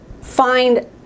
find